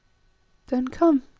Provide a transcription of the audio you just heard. then come,